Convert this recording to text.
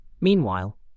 Meanwhile